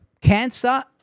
Cancer